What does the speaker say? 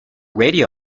radio